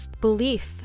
belief